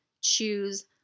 choose